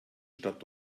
stadt